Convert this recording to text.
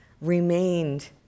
remained